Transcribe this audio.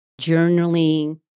journaling